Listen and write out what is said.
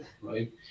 right